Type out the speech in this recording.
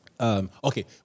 Okay